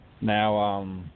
Now